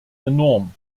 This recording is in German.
enorm